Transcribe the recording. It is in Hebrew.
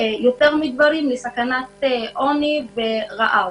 יותר מגברים לסכנת עוני ורעב.